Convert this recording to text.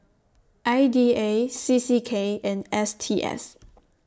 I D A C C K and S T S